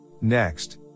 Next